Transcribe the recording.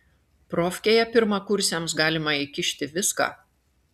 profkėje pirmakursiams galima įkišti viską